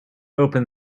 opened